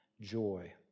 joy